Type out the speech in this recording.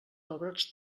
pebrots